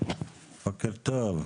בוקר טוב.